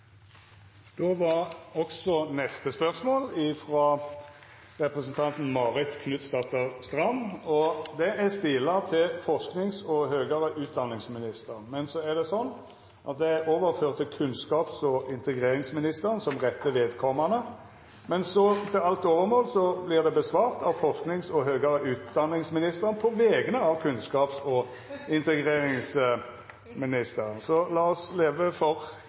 representanten Marit Knutsdatter Strand, er stila til forskings- og høgare utdanningsministeren, men er overført til kunnskaps- og integreringsministeren som rette vedkomande. Til alt overmål vert det svara på av forskings- og høgare utdanningsministeren på vegner av kunnskaps- og integreringsministeren, som er bortreist. Så lat oss leva for